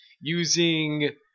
using